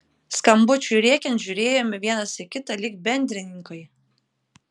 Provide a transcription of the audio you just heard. skambučiui rėkiant žiūrėjome vienas į kitą lyg bendrininkai